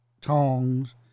tongs